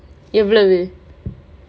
எவ்வளவு:evvalavu